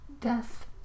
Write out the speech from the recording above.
death